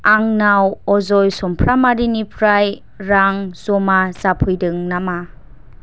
आंनाव अजय चमफ्रामारिनिफ्राय रां जमा जाफैदों नामा